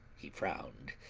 he frowned,